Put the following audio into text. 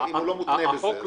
אני